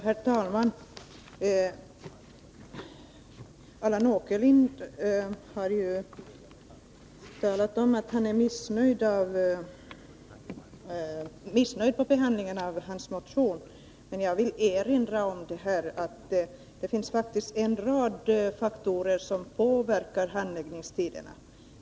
Herr talman! Allan Åkerlind har talat om att han är missnöjd med behandlingen av hans motion. Men jag vill erinra om att det finns en rad faktorer som påverkar handläggningstiderna.